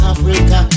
Africa